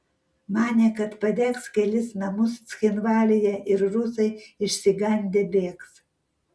manė kad padegs kelis namus cchinvalyje ir rusai išsigandę bėgs